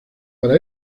para